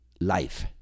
Life